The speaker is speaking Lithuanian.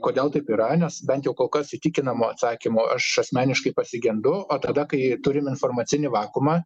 kodėl taip yra nes bent jau kol kas įtikinamo atsakymo aš asmeniškai pasigendu o tada kai turim informacinį vakuumą